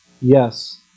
yes